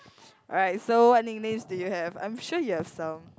alright so what nicknames do you have I am sure you have some